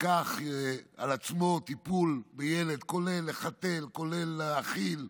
שייקח על עצמו טיפול בילד, כולל לחתל, להאכיל.